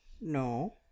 no